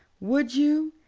would you,